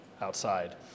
outside